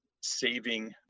saving